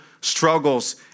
struggles